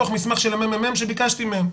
מתוך מסמך של הממ"מ שביקשתי מהם,